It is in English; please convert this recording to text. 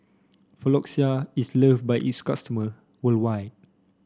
Floxia is loved by its customers worldwide